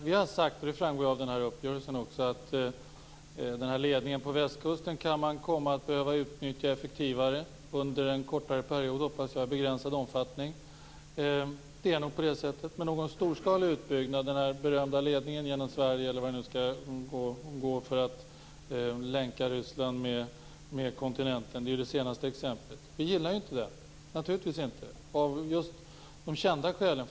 Vi har sagt, och det framgår också av uppgörelsen, att man kan komma att behöva utnyttja ledningen på västkusten effektivare under en kortare period, som jag hoppas i begränsad omfattning, men någon storskalig utbyggnad - det senaste exemplet är den berömda ledningen genom Sverige, eller var den skall gå, för att länka samman Ryssland med kontinenten - gillar vi naturligtvis inte. Skälen för detta är kända.